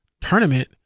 tournament